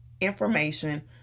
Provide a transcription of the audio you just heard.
information